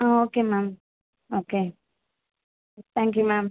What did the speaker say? ஆ ஓகேங்க ma'am okay thank you ma'am